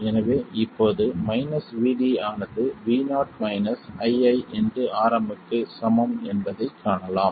எனவே இப்போது Vd ஆனது Vo ii Rm க்கு சமம் என்பதைக் காணலாம்